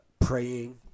praying